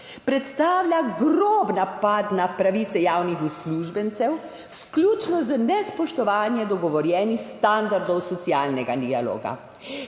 predstavlja grob napad na pravice javnih uslužbencev, izključno za nespoštovanje dogovorjenih standardov socialnega dialoga.